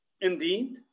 Indeed